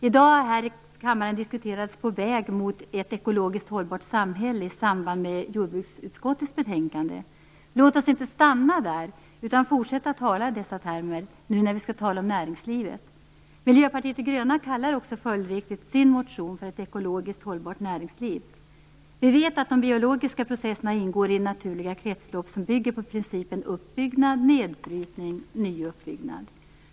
I dag har här i kammaren diskuterats jordbruksutskottets betänkande På väg mot ett ekologiskt hållbart samhälle. Låt oss inte stanna där utan fortsätta att tala i dessa termer nu när vi skall tala om näringslivet. Miljöpartiet de gröna kallar också följdriktigt sin motion för Ett ekologiskt hållbart näringsliv. Vi vet att de biologiska processerna ingår i naturliga kretslopp som bygger på principen uppbyggnadnedbrytning-ny uppbyggnad.